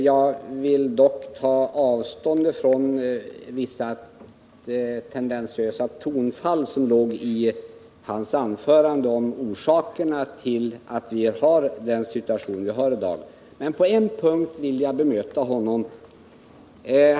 Dock vill jag ta avstånd från vissa tendentiösa tonfall i hans anförande om orsakerna till att vi har denna situation i dag, och på en punkt vill jag också bemöta honom.